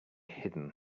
hidden